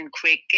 quick